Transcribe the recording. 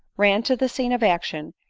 ran to the scene of action,